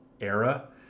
era